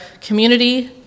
community